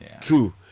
Two